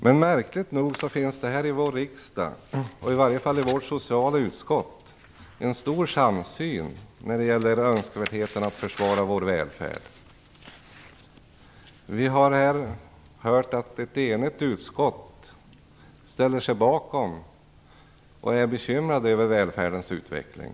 Men märkligt nog finns det här i vår riksdag, i alla fall i vårt socialutskott, en stor samsyn när det gäller önskvärdheten att försvara vår välfärd. Vi har här hört att ett enigt utskott ställer sig bakom nämnda samsyn och att man där är bekymrad över välfärdens utveckling.